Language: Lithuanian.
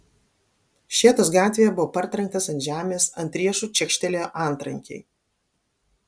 šėtos gatvėje buvo partrenktas ant žemės ant riešų čekštelėjo antrankiai